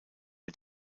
mit